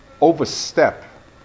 overstep